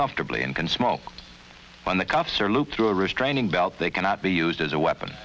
comfortably and can smoke find the cops or loop through a restraining belt they cannot be used as a weapon